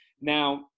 Now